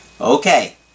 Okay